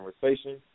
conversation